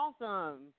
Awesome